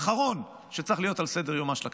האחרון שצריך להיות על סדר-יומה של הכנסת.